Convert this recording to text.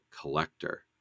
collector